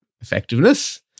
effectiveness